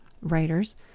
writers